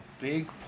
big